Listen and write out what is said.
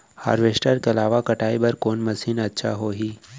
Harvester के अलावा कटाई बर कोन मशीन अच्छा होही?